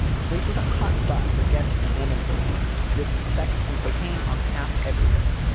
the place was a hotspot for guests and employees with sex and cocaine on tap everywhere.